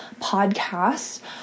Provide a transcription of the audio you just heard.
Podcasts